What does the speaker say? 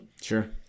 Sure